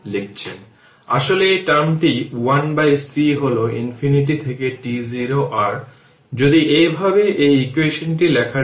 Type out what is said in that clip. সুতরাং এই চিত্র 12টি একটি রেজিস্টর এবং ইন্ডাক্টর এর সিরিজ কানেকশন দেখায়